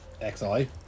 X-I